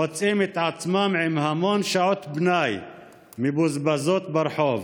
מוצאים את עצמם עם המון שעות פנאי מבוזבזות ברחוב,